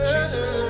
Jesus